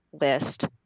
list